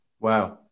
Wow